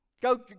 Go